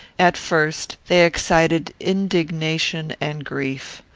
at first, they excited indignation and grief.